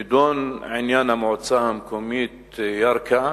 נדון עניין המועצה המקומית ירכא,